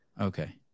Okay